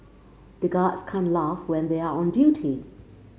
the guards can't laugh when they are on duty